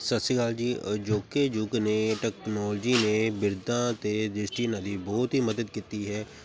ਸਤਿ ਸ਼੍ਰੀ ਅਕਾਲ ਜੀ ਅਜੋਕੇ ਯੁੱਗ ਨੇ ਟੈਕਨੋਲਜੀ ਨੇ ਬਿਰਧਾਂ ਅਤੇ ਦ੍ਰਿਸ਼ਟੀਹੀਣਾਂ ਬਹੁਤ ਹੀ ਮਦਦ ਕੀਤੀ ਹੈ